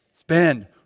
Spend